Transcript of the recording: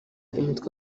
imitwe